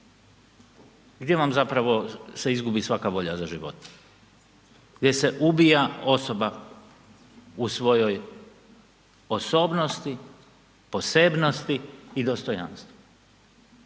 gdje vam se zapravo izgubi svaka volja za životom, gdje se ubija osoba u svojoj osobnosti, posebnosti i dostojanstvu.